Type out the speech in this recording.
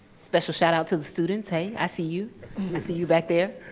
special shout-out to the students. hey, i see you. i see you back there.